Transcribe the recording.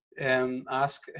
Ask